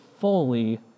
fully